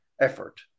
effort